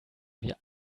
wir